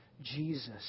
Jesus